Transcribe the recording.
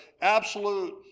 absolute